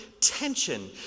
tension